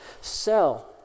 sell